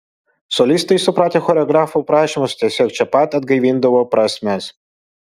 solistai supratę choreografo prašymus tiesiog čia pat atgaivindavo prasmes